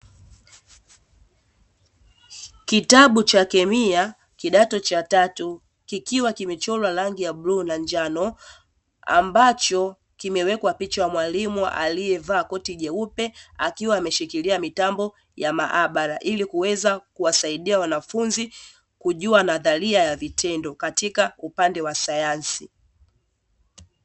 Kitabu cha kemia kidato cha tatu, kikiwa kimechorwa rangi ya bluu na njano, ambacho kimewekwa picha ya mwalimu aliyevaa koti jeupe, akiwa ameshikilia mitambo ya maabara ili kuweza kuwasaidia wanafunzi kujua nadharia ya vitendo katika upande wa sayansi.